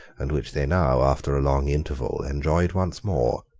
and which they now, after a long interval, enjoyed once more,